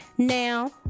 Now